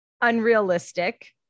unrealistic